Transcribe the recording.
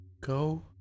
Go